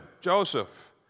Joseph